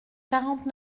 quarante